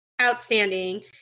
Outstanding